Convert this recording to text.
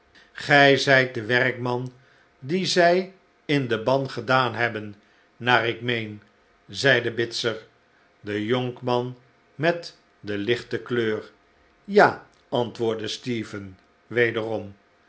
gij zijt de werkman dien zij in den ban gedaan hebben naar ik meen zeide bitzer de jonkman met de lichte kleur ja antwoordde stephen wederom